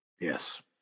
Yes